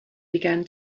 began